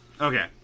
Okay